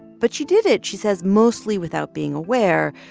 but she did it, she says, mostly without being aware,